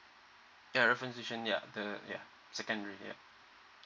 ya reference cision ya the secondary yeah